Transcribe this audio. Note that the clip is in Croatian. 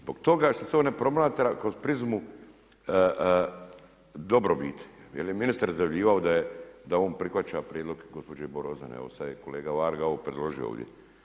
Zbog toga što se ovo ne promatra kroz prizmu dobrobit, jer je ministar izjavljivao, da on prihvaća prijedlog gospođe Brozan evo sada je kolega Varga ovo predložio ovdje.